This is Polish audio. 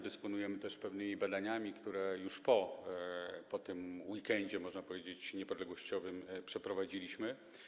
Dysponujemy pewnymi badaniami, które już po tym weekendzie, można powiedzieć, niepodległościowym przeprowadziliśmy.